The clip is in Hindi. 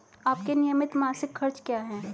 आपके नियमित मासिक खर्च क्या हैं?